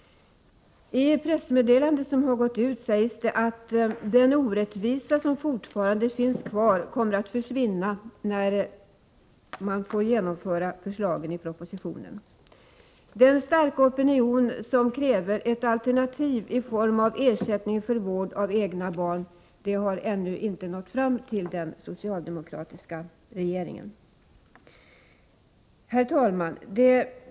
I ett pressmeddelande som gått ut sägs att den orättvisa som fortfarande finns kvar kommer att försvinna när man får genomföra förslagen i propositionen. Den starka opinion som kräver alternativ i form av ersättning för vård av egna barn har ännu inte nått fram till den socialdemokratiska regeringen. Herr talman!